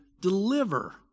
Deliver